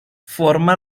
forma